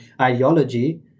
ideology